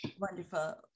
wonderful